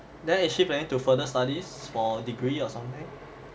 then is she planning to further studies for degree or something